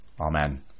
amen